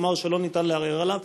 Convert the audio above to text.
כלומר שלא ניתן לערער עליו,